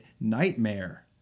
nightmare